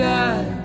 God